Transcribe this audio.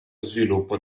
sviluppo